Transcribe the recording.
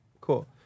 Cool